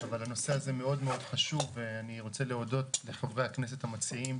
הנושא הזה מאוד-מאוד חשוב ואני רוצה להודות לחברי הכנסת המציעים,